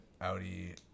Audi –